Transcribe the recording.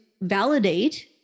validate